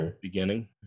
beginning